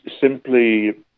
simply